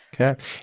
Okay